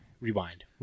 Rewind